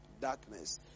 darkness